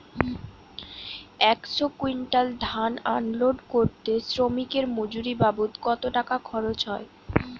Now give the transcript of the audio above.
একশো কুইন্টাল ধান আনলোড করতে শ্রমিকের মজুরি বাবদ কত টাকা খরচ হয়?